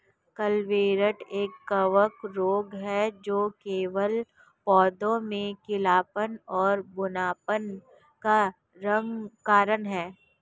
clubroot एक कवक रोग है जो केवल पौधों में पीलापन और बौनापन का कारण है